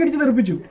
and the middle digit